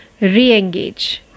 Reengage